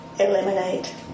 eliminate